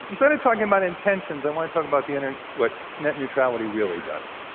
instead of talking about intentions, i want to talk about the and what net neutrality really does,